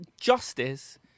Justice